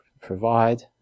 provide